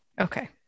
Okay